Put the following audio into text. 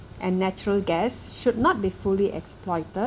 and natural gas should not be fully exploited